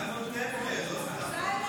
סיימון טמפלר, לא סתם,